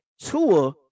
Tua